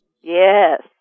Yes